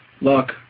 Look